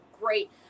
great